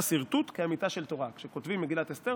שרטוט כאמיתה של תורה" כשכותבים מגילת אסתר,